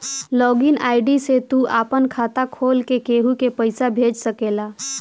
log in ID से तू आपन खाता खोल के केहू के पईसा भेज सकेला